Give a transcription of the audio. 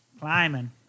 Climbing